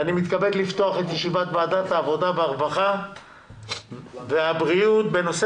אני מתכבד לפתוח את ישיבת ועדת העבודה הרווחה והבריאות בנושא